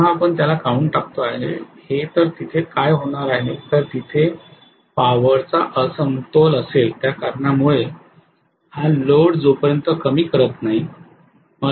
जेव्हा आपण त्याला काढून टाकतो आहे हे तर तिथे काय होणार आहे तर तिथे पॉवर चा असमतोल असेल त्या कारणामुळे हा लोड जोपर्यंत कमी करत नाही